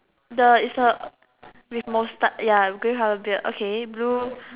the is the with moustache ya green colour beard okay blue